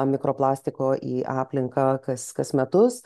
mikroplastiko į aplinką kas kas metus